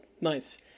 nice